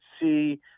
see